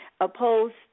opposed